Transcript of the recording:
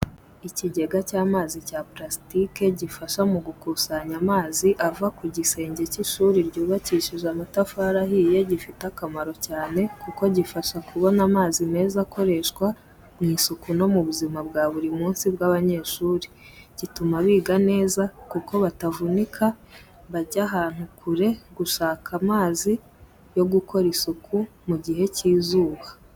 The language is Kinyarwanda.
Ikigega cy’amazi cya purasitike gifasha mu gukusanya amazi ava ku gisenge cy’ishuri ryubakishije amatafari ahiye, gifite akamaro cyane kuko gifasha kubona amazi meza akoreshwa mu isuku no mu buzima bwa buri munsi bw’abanyeshuri. Gituma biga neza kuko batavunika bajya ahantu kure gushaka amazi yo gukora isuku mu gihe cy'izuba.